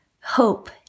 hope